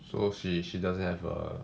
so she she doesn't have a